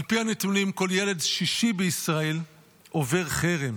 על פי הנתונים, כל ילד שישי בישראל עובר חרם.